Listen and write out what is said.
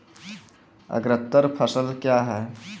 अग्रतर फसल क्या हैं?